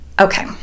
Okay